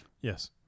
Yes